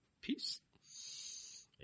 peace